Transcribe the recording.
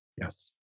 Yes